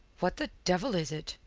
what the devil is it?